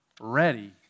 ready